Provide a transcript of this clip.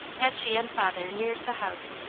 as she and father neared the house,